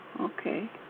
okay